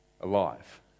alive